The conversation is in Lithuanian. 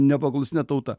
nepaklusnia tauta